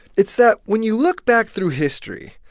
it's that when you look back through history,